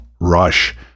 Rush